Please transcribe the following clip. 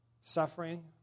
suffering